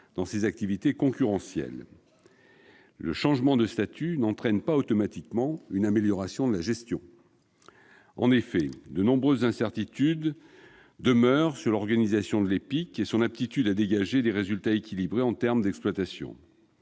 dans ses activités concurrentielles. Le changement de statut n'entraîne pas automatiquement une amélioration de la gestion. En effet, de nombreuses incertitudes demeurent sur l'organisation de l'EPIC et sur son aptitude à dégager des résultats équilibrés en termes d'exploitation.